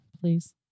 please